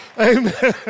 Amen